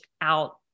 out